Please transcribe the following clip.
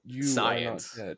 science